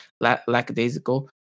lackadaisical